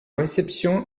réception